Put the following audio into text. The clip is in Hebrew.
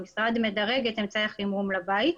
המשרד מדרג את אמצעי החימום לבית,